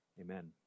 amen